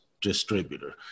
distributor